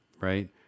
right